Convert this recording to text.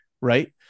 Right